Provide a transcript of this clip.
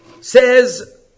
Says